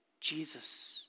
Jesus